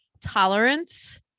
tolerance